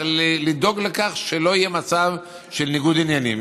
לדאוג לכך שלא יהיה מצב של ניגוד עניינים.